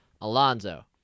Alonzo